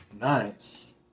Nice